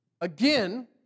again